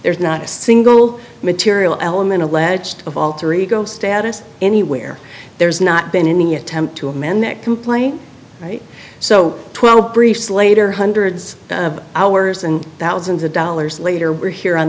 there's not a single material element alleged of alter ego status anywhere there's not been any attempt to amend that complaint right so twelve briefs later hundreds of hours and thousands of dollars later were here on